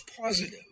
positive